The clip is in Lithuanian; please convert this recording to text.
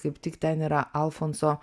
kaip tik ten yra alfonso